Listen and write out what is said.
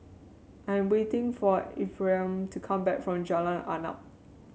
I'm waiting for Ephraim to come back from Jalan Arnap